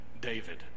David